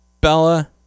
Bella